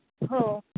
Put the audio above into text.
हो